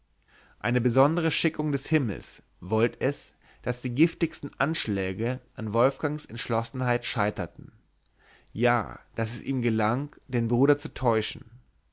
eine besondere schickung des himmels wollt es daß die giftigsten anschläge an wolfgangs entschlossenheit scheiterten ja daß es ihm gelang den bruder zu täuschen